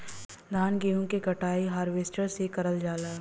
धान गेहूं क कटाई हारवेस्टर से करल जाला